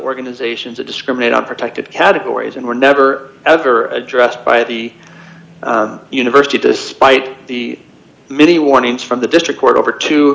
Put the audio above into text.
organizations that discriminate on protected categories and were never ever addressed by the university despite the many warnings from the district court over to